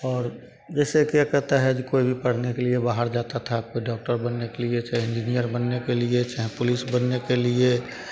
जैसे क्या कहता है कोई भी पढ़ने के लिए बाहर जाता था डाक्टर बनने के लिए चाहे इंजीनियर बनने के लिए चाहे पुलिस बनने के लिए